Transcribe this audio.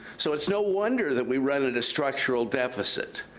so it's no wonder that we run into structural deficit,